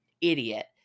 idiot